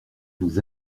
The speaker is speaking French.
nous